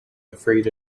afraid